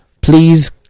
please